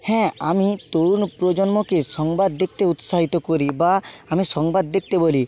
হ্যাঁ আমি তরুণ প্রজন্মকে সংবাদ দেখতে উৎসাহিত করি বা আমি সংবাদ দেখতে বলি